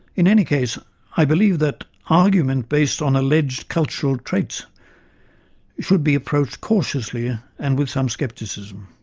in any case i believe that argument based on alleged cultural traits should be approached cautiously and with some scepticism.